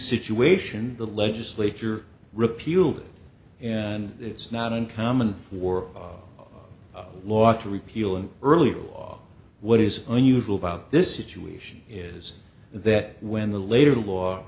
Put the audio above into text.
situation the legislature repealed and it's not uncommon for a law to repeal an earlier law what is unusual about this situation is that when the later law